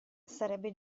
sarebbe